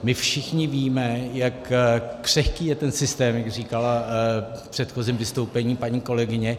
My všichni víme, jak křehký je ten systém, jak říkala v předchozím vystoupení paní kolegyně.